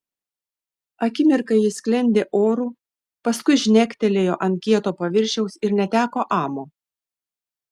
akimirką ji sklendė oru paskui žnektelėjo ant kieto paviršiaus ir neteko amo